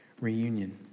reunion